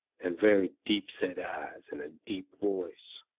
and very deep-set eyes, and a deep voice.